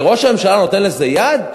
וראש הממשלה נותן לזה יד?